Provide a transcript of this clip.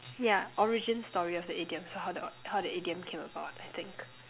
yeah origin story of the idiom so how the how the idiom came about I think